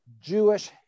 Jewish